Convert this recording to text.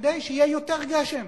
כדי שיהיה יותר גשם,